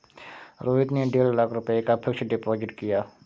रोहित ने डेढ़ लाख रुपए का फ़िक्स्ड डिपॉज़िट किया